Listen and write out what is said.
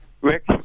Rick